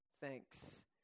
thanks